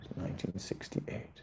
1968